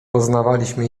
poznawaliśmy